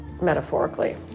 metaphorically